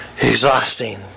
exhausting